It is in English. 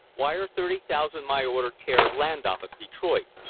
wire thirty thousand my order care land office, detroit,